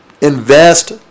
invest